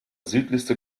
südlichste